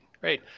great